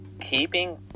keeping